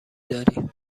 داری